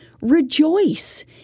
rejoice